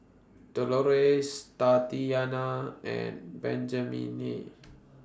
Delores Tatianna and Benjamine